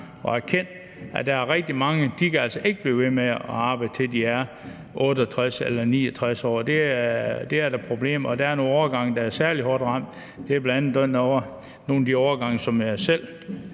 og erkendt, at der er rigtig mange, som ikke kan blive ved med at arbejde, til de er 68 eller 69 år. Det er der problemer med, og der er nogle årgange, der er særlig hårdt ramt. Det er bl.a. nogle af de årgange, som jeg selv